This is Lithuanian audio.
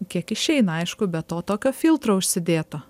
kiek išeina aišku be to tokio filtro užsidėto